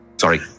Sorry